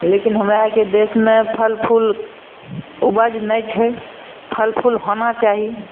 लेकिन हमरा आरके देशमे फल फूल उपज नहि छै फल फूल होना चाही